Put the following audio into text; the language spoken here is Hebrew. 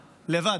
לבד,